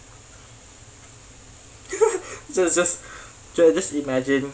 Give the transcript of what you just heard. just just just imagine